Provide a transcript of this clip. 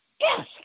Yes